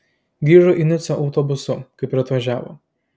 grįžo į nicą autobusu kaip ir atvažiavo